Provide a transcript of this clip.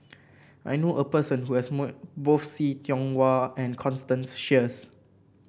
I know a person who has met both See Tiong Wah and Constance Sheares